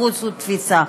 חיפוש ותפיסה).